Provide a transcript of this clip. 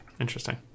Interesting